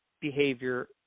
behavior